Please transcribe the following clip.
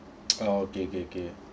oh okay okay okay